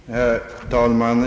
Herr talman!